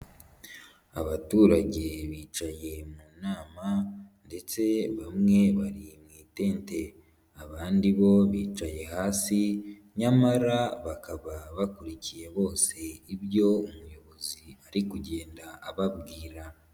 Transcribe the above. Abaturage bicaye mu nama ndetse bamwe bari mu itente. Abandi bo bicaye hasi, nyamara bakaba bakurikiye bose ibyo umuyobozi ari kugenda ababwira.